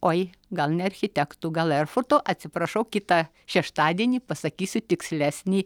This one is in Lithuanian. oi gal ne architektų gal erfurto atsiprašau kitą šeštadienį pasakysiu tikslesnį